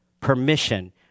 permission